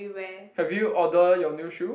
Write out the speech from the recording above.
have you order your new shoe